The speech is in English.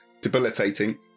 debilitating